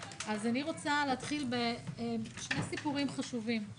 אז אני רוצה להתחיל בשני סיפורים חשובים.